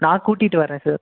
நான் கூட்டிகிட்டு வர்றேன் சார்